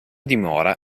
dimora